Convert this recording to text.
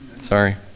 Sorry